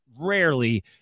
rarely